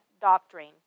doctrine